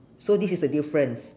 so this is the difference